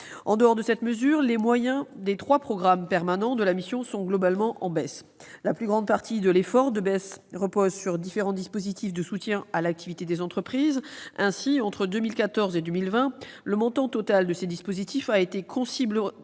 En dehors de cette mesure, les moyens des trois programmes « permanents » de la mission sont globalement en baisse. La plus grande partie de l'effort de baisse repose sur les différents dispositifs de soutien à l'activité des entreprises. Entre 2014 et 2020, le montant total de ces dispositifs a été considérablement